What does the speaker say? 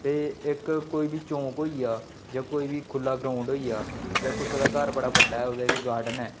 ते इक कोई बी चौंक होई गेआ जां कोई बी खु'ल्ला ग्राउंड होई गेआ जां कुसै दा घर बड़ा बड्डा ऐ ओह्दे च गार्डन ऐ